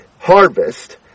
harvest